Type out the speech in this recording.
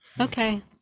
Okay